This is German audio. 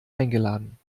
eingeladen